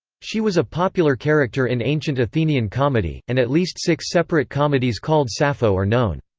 she was a popular character in ancient athenian comedy, and at least six separate comedies called sappho are known.